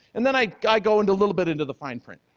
and then i go go into a little bit into the fine print.